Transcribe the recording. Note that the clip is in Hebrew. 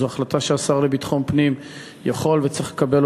זו החלטה שהשר לביטחון פנים יכול וצריך לקבל,